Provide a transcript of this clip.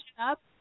up